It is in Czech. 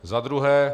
Za druhé.